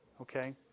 Okay